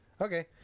Okay